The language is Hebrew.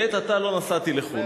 לעת עתה לא נסעתי לחו"ל.